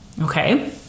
Okay